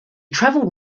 travelled